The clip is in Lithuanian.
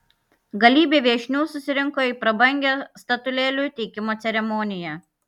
galybė viešnių susirinko į prabangią statulėlių teikimo ceremoniją